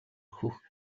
хөх